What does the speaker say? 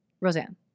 Roseanne